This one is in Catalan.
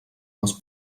les